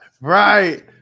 Right